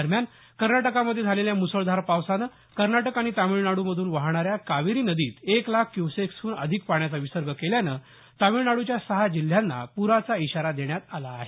दरम्यान कर्नाटकामध्ये झालेल्या मुसळधार पावसानं कर्नाटक आणि तामिळनाडूमधून वाहणा या कावेरी नदीत एक लाख क्युसेक्सहून अधिक पाण्याचा विसर्ग केल्यानं तामिळनाडूच्या सहा जिल्ह्यांना पुराचा इशारा देण्यात आला आहे